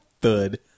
Thud